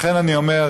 לכן אני אומר,